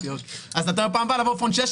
אז בפעם הבאה לבוא בפונט 16